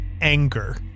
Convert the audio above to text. Anger